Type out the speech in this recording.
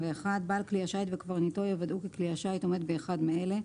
בעל כלי השיט וקברניטו יוודאו כי כלי השיט עומד באחד מאלה: